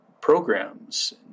programs